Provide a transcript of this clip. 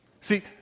See